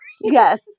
Yes